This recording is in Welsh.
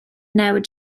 newid